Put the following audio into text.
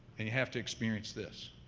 and you have to experience this.